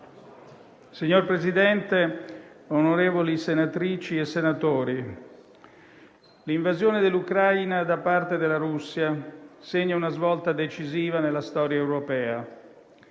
Signor Presidente, onorevoli senatrici e senatori, l'invasione dell'Ucraina da parte della Russia segna una svolta decisiva nella storia europea.